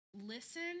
listen